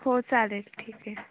हो चालेल ठीक आहे